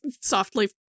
softly